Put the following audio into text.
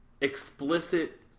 explicit